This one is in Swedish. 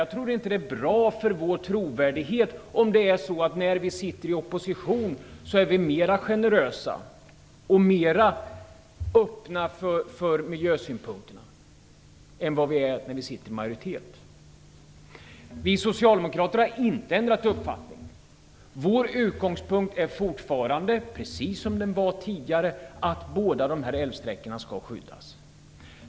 Jag tror inte att det är bra för vår trovärdighet om vi är mera generösa och mera öppna för miljösynpunkter när vi sitter i opposition än när vi har majoritet. Vi socialdemokrater har inte ändrat uppfattning. Vår utgångspunkt är fortfarande, precis som tidigare, att båda dessa älvsträckor skall skyddas.